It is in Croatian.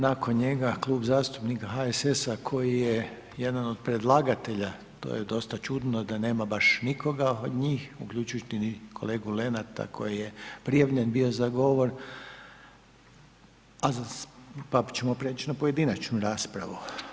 Nakon njega Klub zastupnika HSS koji je jedan od predlagatelja, to je dosta čudno da nema baš nikoga od njih uključujući i kolegu Lenarta koji je prijavljen bio za govor, a za, pa ćemo preći na pojedinačnu raspravu.